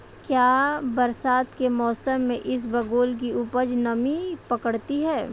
क्या बरसात के मौसम में इसबगोल की उपज नमी पकड़ती है?